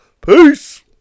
Peace